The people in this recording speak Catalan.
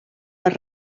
per